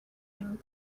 him